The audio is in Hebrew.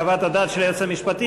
חוות הדעת של היועץ המשפטי,